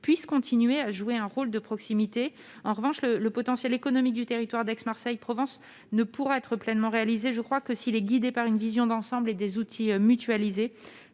puissent continuer à jouer un rôle de proximité dans certains domaines. En revanche, le potentiel économique du territoire d'Aix-Marseille-Provence ne pourra être pleinement réalisé que s'il est guidé par une vision d'ensemble et des outils mutualisés.